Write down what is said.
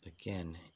again